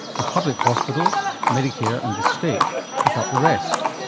the public hospital, medicare and the state pick up the rest.